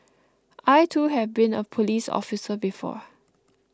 I too have been a police officer before